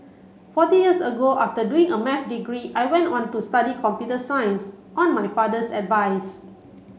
forty years ago after doing a Math degree I went on to study computer science on my father's advice